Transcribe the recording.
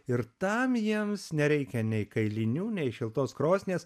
ir tam jiems nereikia nei kailinių nei šiltos krosnies